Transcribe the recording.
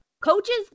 coaches